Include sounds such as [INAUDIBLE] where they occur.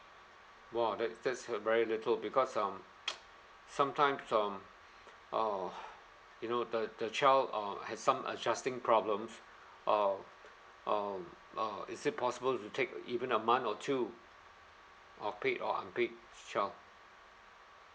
!wah! that that's uh very little because um [NOISE] sometimes um uh you know the the child uh has some adjusting problems uh um uh is it possible to take even a month or two of paid or unpaid child